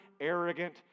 arrogant